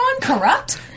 corrupt